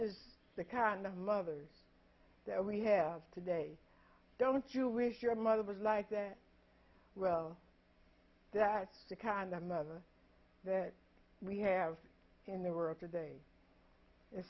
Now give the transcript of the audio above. is the kind of mothers that we have today don't you wish your mother was like that well that's the kind of mother that we have in their work today